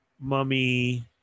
Mummy